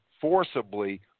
forcibly